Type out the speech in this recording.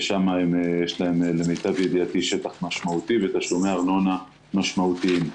ושם יש להם למיטב ידיעתי שטח משמעותי ותשלומי ארנונה משמעותיים.